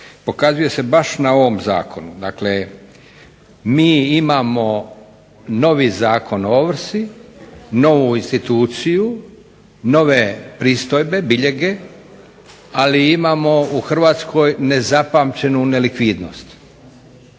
pokazuje se baš na ovom zakonu. Dakle, mi imamo novi Zakon o ovrsi, novu instituciju, nove pristojbe, biljege, ali imamo u Hrvatskoj nezapamćenu nelikvidnost.